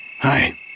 Hi